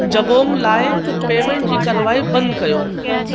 जबोंग लाइ पेमेंट जी करवाई बंदि कयो